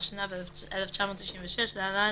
התשנ"ו 1996 (להלן,